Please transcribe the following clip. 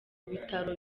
bitaro